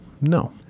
No